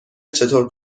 چطور